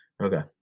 Okay